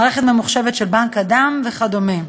במערכת ממוחשבת של בנק הדם וכדומה.